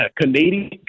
Canadian